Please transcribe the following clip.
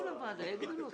והם שלושה נגד.